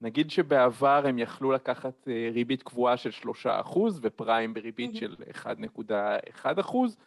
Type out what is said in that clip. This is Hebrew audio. נגיד שבעבר הם יכלו לקחת ריבית קבועה של שלושה אחוז ופריים בריבית של 1.1 אחוז